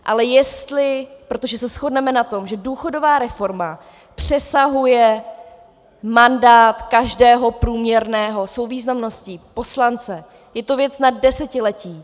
Ale jestli protože se shodneme na tom, že důchodová reforma přesahuje mandát každého průměrného svou významností poslance, je to věc na desetiletí.